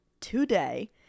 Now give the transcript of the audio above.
today